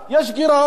יש גירעון,